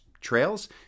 trails